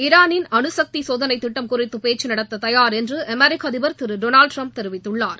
ாரானின் அனுசக்தி சோதனை திட்டம் குறித்து பேச்சு நடத்த தயார் என்று அமெரிக்க அதிபர் திரு டொனால்டு டிரம்ப் தெரிவித்துள்ளார்